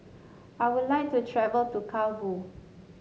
I would like to travel to Kabul